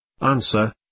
Answer